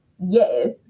yes